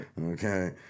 Okay